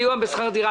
סיוע בשכר דירה.